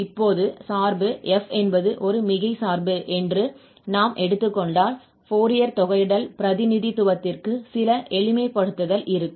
இப்போது சார்பு f என்பது ஒரு மிகை சார்பு என்று நாம் எடுத்துக் கொண்டால் ஃபோரியர் தொகையிடல் பிரதிநிதித்துவத்திற்கு சில எளிமைப்படுத்தல் இருக்கும்